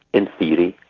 in theory,